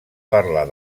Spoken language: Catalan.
parlar